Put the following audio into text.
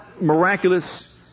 miraculous